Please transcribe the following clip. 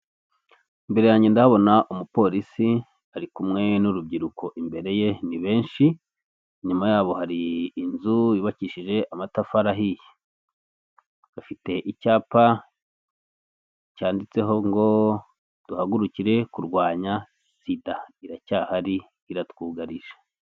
Imbere yanjye ndabona umupolisi ari kumwe n'urubyiruko imbere ye ni benshi, inyuma yabo hari inzu yubakishije amatafari ahiye, bafite icyapa cyanditseho ngo duhagurukire kurwanya sida iracyahari iratwugarije.